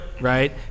right